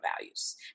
values